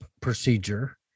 procedure